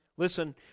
Listen